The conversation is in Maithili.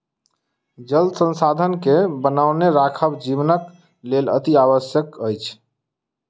जल संसाधन के बनौने राखब जीवनक लेल अतिआवश्यक अछि